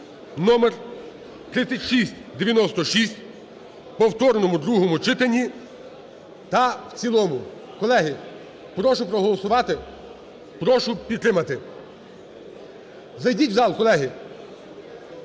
(№ 3696) в повторному другому читанні та в цілому. Колеги, прошу проголосувати, прошу підтримати. Зайдіть в зал, колеги.